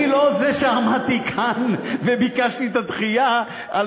אני לא זה שעמד כאן וביקש את הדחייה כי